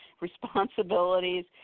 responsibilities